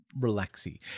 relaxy